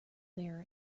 bear